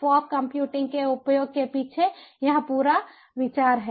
fog computing के उपयोग के पीछे यह पूरा विचार है